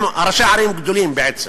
הם ראשי ערים גדולים, בעצם.